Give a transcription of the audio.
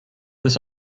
this